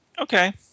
Okay